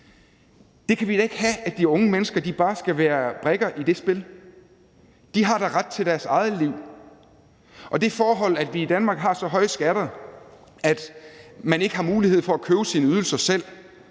vi kan da ikke have, at de unge mennesker bare skal være brikker i det spil. De har da ret til deres eget liv, og det forhold, at vi i Danmark har så høje skatter, at man ikke har mulighed for at købe sine ydelser selv,